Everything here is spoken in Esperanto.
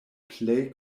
plej